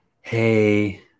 hey